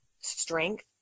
strength